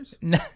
No